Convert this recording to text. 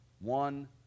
one